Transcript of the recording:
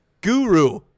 guru